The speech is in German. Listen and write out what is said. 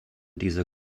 dieser